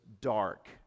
dark